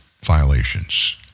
violations